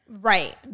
right